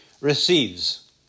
receives